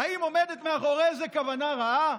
האם עומדת מאחורי זה כוונה רעה?